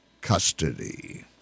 custody